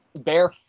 bare